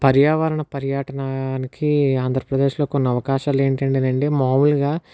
పర్యావరణ పర్యాటనానికి ఆంధ్రప్రదేశ్లో కొన్ని అవకాశాలు ఏంటి అంటే అండి మాములుగా